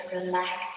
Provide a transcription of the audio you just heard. relax